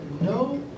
no